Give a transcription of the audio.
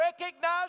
recognize